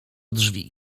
drzwi